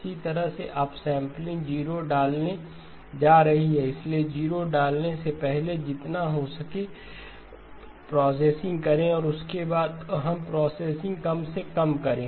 इसी तरह से अपसैंपलिंग ज़ीरो डालने जा रही है इसलिए ज़ीरो डालने से पहले जितना हो सके प्रोसेसिंग करें और उसके बाद हम प्रोसेसिंग कम से कम करें